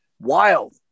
wild